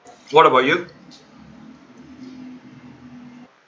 what about you